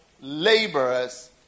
laborers